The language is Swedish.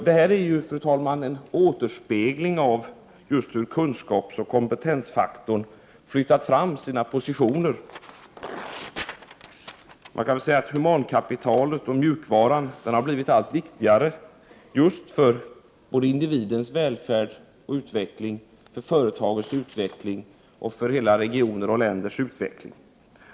Det här är en återspegling av hur kunskapsoch kompetensfaktorn flyttar fram sina positioner. Man kan säga att humankapitalet, ”mjukvaran”, har blivit allt viktigare för individens välfärd och utveckling, för företagens utveckling och för hela regioners och länders utveckling.